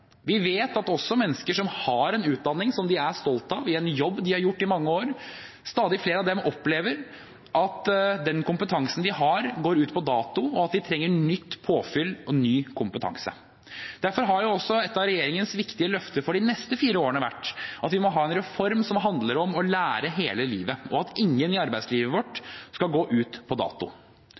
Vi vet at også stadig flere mennesker som har en utdanning som de er stolte av, i en jobb de har gjort i mange år, opplever at den kompetansen de har, går ut på dato, og at de trenger nytt påfyll og ny kompetanse. Derfor har også ett av regjeringens viktige løfter for de fire neste årene vært at vi må ha en reform som handler om å lære hele livet, og at ingen i arbeidslivet vårt skal gå ut på dato.